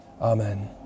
Amen